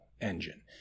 engine